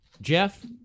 Jeff